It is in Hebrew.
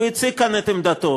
הוא הציג כאן את עמדתו.